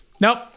Nope